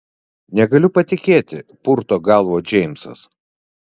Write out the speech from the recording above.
negaliu patikėti purto galvą džeimsas